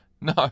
no